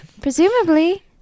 Presumably